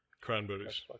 cranberries